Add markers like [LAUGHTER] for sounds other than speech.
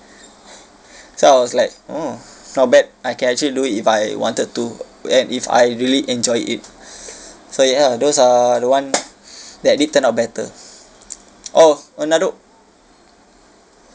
[BREATH] so I was like oh not bad I can actually do it if I wanted to and if I really enjoy it [BREATH] so ya those are the one [BREATH] that did turn out better [BREATH] oh another